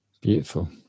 Beautiful